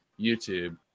YouTube